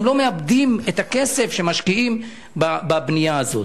גם לא מאבדים את הכסף שמשקיעים בבנייה הזאת.